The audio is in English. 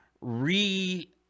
re